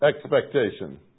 expectation